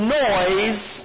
noise